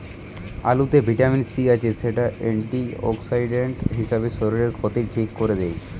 আলুতে vitamin C আছে, যেটা অ্যান্টিঅক্সিডেন্ট হিসাবে শরীরের ক্ষতি ঠিক কোরে দেয়